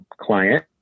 client